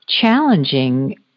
challenging